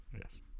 Yes